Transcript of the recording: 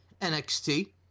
NXT